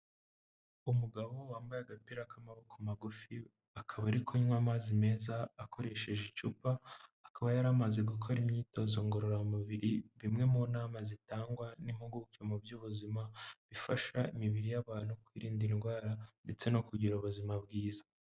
Umugabo wambaye agapira k'amaboko magufi, akaba ari kunywa amazi meza, akoresheje icupa, akaba yari amaze gukora imyitozo ngororamubiri, bimwe mu nama zitangwa n'impuguke mu by'ubuzima, bifasha imibiri y'abantu kwirinda indwara ndetse no kugira ubuzima bwiza.